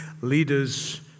leaders